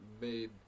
Made